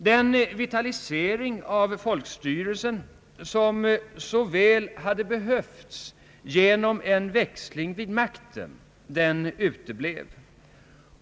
Den vitalisering av folkstyrelsen genom en växling vid makten, som så väl hade behövts, uteblev.